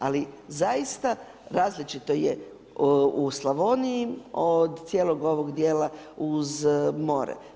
Ali, zaista različito je u Slavoniji od cijelog ovog dijela uz more.